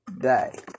day